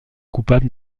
coupable